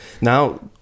Now